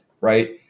right